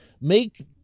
make